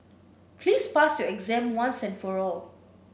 please pass your exam once and for all